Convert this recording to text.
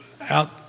out